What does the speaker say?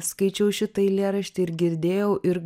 skaičiau šitą eilėraštį ir girdėjau ir